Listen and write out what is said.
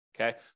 Okay